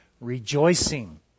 rejoicing